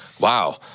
wow